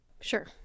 Sure